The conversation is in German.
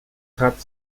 trat